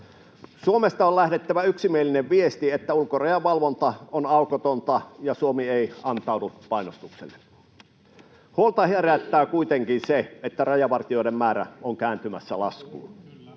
Suomesta on lähdettävä yksimielinen viesti, että ulkorajan valvonta on aukotonta ja Suomi ei antaudu painostukselle. Huolta herättää kuitenkin se, että rajavartijoiden määrä on kääntymässä laskuun,